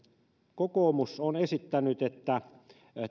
kokoomus on esittänyt että